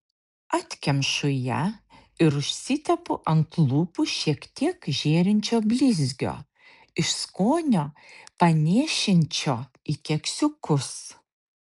atkemšu ją ir užsitepu ant lūpų šiek tiek žėrinčio blizgio iš skonio panėšinčio į keksiukus